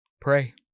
Pray